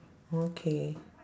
okay